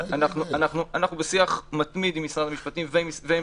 אנחנו בשיח מתמיד עם משרד המשפטים ועם